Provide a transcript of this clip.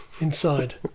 inside